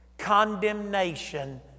condemnation